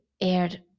aired